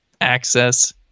access